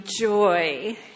joy